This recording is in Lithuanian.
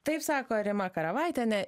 taip sako rima karavaitienė